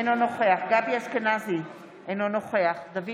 אינו נוכח גבי אשכנזי, אינו נוכח דוד